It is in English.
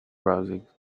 browsing